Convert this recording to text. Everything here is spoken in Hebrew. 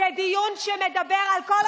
זה דיון שמדבר על כל המגזרים.